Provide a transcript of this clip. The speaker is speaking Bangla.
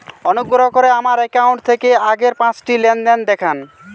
অনুগ্রহ করে আমার অ্যাকাউন্ট থেকে আগের পাঁচটি লেনদেন দেখান